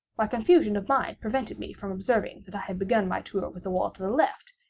my confusion of mind prevented me from observing that i began my tour with the wall to the left,